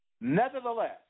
Nevertheless